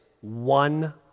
one